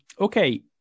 Okay